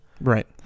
Right